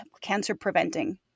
cancer-preventing